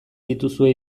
dituzue